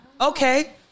Okay